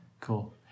cool